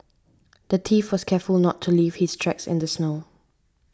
the thief was careful not to leave his tracks in the snow